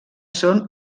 són